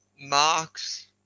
Mark's –